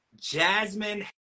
Jasmine